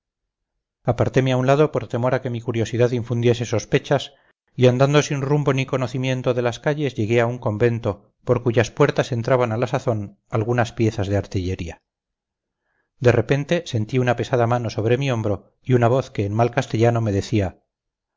aparteme a un lado por temor a que mi curiosidad infundiese sospechas y andando sin rumbo ni conocimiento de las calles llegué a un convento por cuyas puertas entraban a la sazón algunas piezas de artillería de repente sentí una pesada mano sobre mi hombro y una voz que en mal castellano me decía